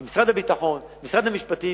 עם משרד הביטחון ועם משרד המשפטים.